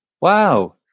wow